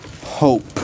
hope